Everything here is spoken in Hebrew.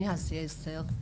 אני אסיה אסתר.